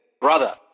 brother